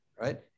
right